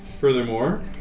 Furthermore